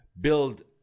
build